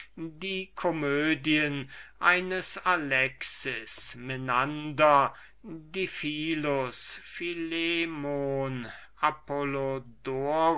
die komödien eines alexis menander diphilus philemon apollodorus